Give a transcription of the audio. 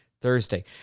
Thursday